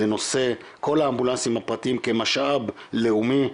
לנושא כל האמבולנסים הפרטיים כמשאב לאומי,